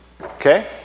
Okay